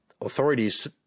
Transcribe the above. authorities